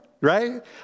Right